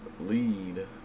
lead